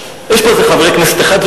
יש פה איזה חבר כנסת אחד,